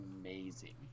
amazing